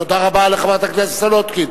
תודה לחברת הכנסת סולודקין.